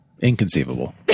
Inconceivable